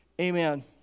Amen